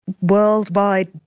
worldwide